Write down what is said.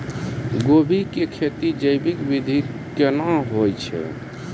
गोभी की खेती जैविक विधि केना हुए छ?